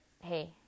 hey